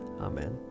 Amen